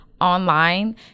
online